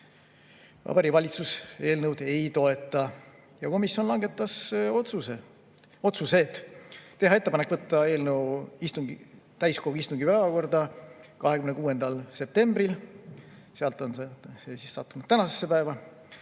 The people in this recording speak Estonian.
Vabariigi Valitsus eelnõu ei toeta. Komisjon langetas otsused. [Esiteks,] teha ettepanek võtta eelnõu täiskogu istungi päevakorda 26. septembril, sealt on see sattunud tänasesse päeva.